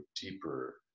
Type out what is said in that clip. deeper